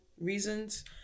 reasons